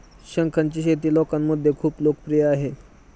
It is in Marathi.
शंखांची शेती लोकांमध्ये खूप लोकप्रिय आहे